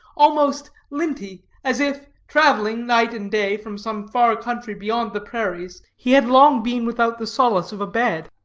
almost linty, as if, traveling night and day from some far country beyond the prairies, he had long been without the solace of a bed.